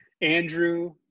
andrew